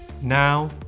now